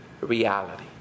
reality